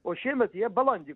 o šiemet jie balandį